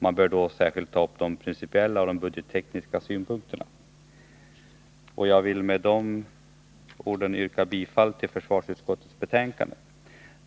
Man bör särskilt ta upp de principiella och de budgettekniska synpunkterna. Jag vill med de orden yrka bifall till försvarsutskottets hemställan.